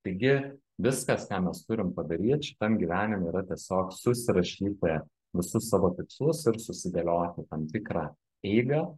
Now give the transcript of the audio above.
taigi viskas ką mes turim padaryt šitam gyvenime yra tiesiog susirašyti visus savo tikslus ir susidėlioti tam tikrą eigą